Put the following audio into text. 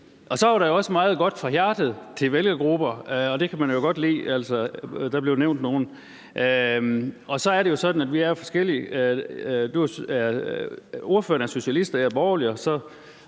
I dyrker. Der var også meget godt fra hjertet til vælgergrupper, og det kan man jo godt lide. Altså, der blev nævnt nogle. Og så er det jo sådan, at vi er forskellige. Ordføreren er socialist, og jeg er borgerlig, og så